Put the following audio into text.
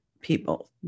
people